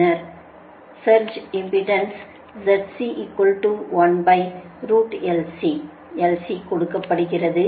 பின்னர் surge impedance L C கொடுக்கப்படுகிறது